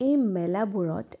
এই মেলাবোৰত